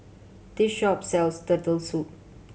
this shop sells Turtle Soup